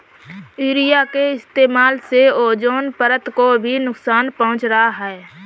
urea के इस्तेमाल से ओजोन परत को भी नुकसान पहुंच रहा है